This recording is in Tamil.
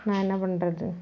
நான் என்ன பண்ணுறது